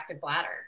bladder